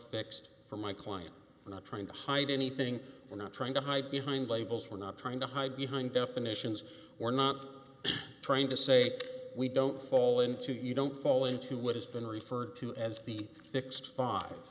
fixed for my client not trying to hide anything we're not trying to hide behind labels we're not trying to hide behind definitions we're not trying to say we don't fall into you don't fall into what has been referred to as the fix